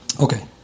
Okay